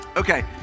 Okay